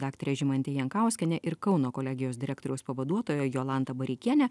daktare žymante jankauskiene ir kauno kolegijos direktoriaus pavaduotoja jolanta bareikiene